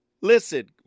Listen